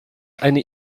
eine